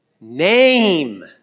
name